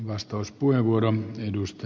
arvoisa puhemies